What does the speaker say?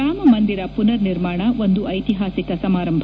ರಾಮಮಂದಿರ ಪುನರ್ ನಿರ್ಮಾಣ ಒಂದು ಐತಿಹಾಸಿಕ ಸಮಾರಂಭ